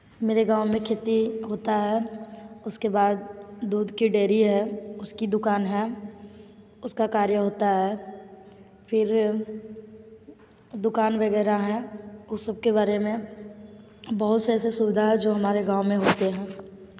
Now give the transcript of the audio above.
मेरे गाँव में खेती होता है उसके बाद दूध की डेरी है उसकी दुकान है उसका कार्य होता है फिर दुकान वगैरह है उस सब के बारे में बहुत से ऐसी सुविधा है जो हमारे गाँव में होते हैं